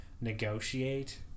negotiate